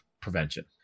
prevention